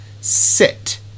sit